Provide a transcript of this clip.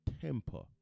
temper